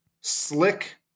Slick